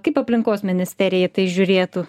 kaip aplinkos ministerija į tai žiūrėtų